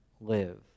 live